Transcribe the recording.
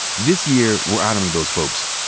this year we're honoring those folks,